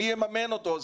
מי יממן אותו?